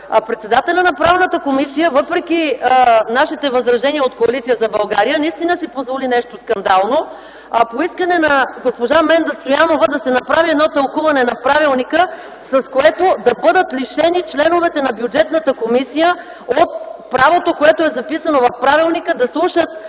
председателят на Правната комисия, въпреки нашите възражения – от Коалиция за България, наистина си позволи нещо скандално – по искане на госпожа Менда Стоянова да се направи едно тълкуване на правилника, с което да бъдат лишени членовете на Бюджетната комисия от правото, което е записано в правилника, да слушат